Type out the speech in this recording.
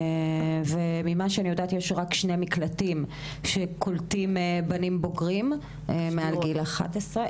ממה שאני יודעת יש רק שני מקלטים שקולטים בנים בוגרים מעל גיל 11,